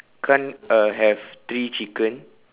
kan uh have three chicken